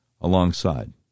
alongside